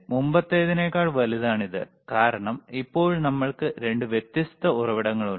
മുമ്പത്തേതിനേക്കാൾ വലുതാണ് ഇത് കാരണം ഇപ്പോൾ നമ്മൾക്ക് രണ്ട് വ്യത്യസ്ത ഉറവിടങ്ങളുണ്ട്